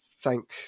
thank